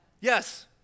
Yes